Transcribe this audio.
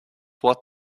what